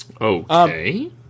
Okay